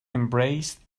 embraced